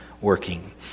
working